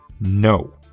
No